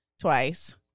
twice